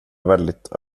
väldigt